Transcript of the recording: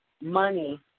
money